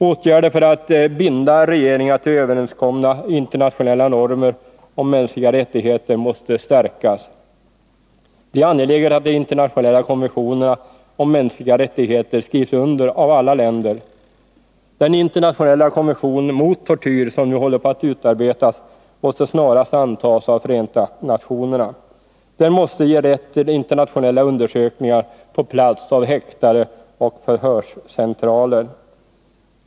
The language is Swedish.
Åtgärder för att binda regeringar till överenskomna internationella normer om mänskliga rättigheter måste stärkas. Det är angeläget att de internationella konventionerna om mänskliga rättigheter skrivs under av alla länder. Den internationella konvention mot tortyr som nu håller på att utarbetas måste snarast antas av Förenta Nationerna. Den måste ge rätt till internationella undersökningar på plats av häktade och förhörscentraler.